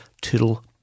toodle